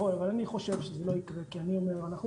נכון אבל אני חושב שזה לא יקרה כי אנחנו,